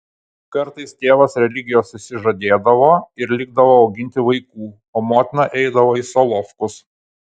kartais tėvas religijos išsižadėdavo ir likdavo auginti vaikų o motina eidavo į solovkus